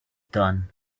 done